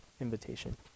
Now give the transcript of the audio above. invitation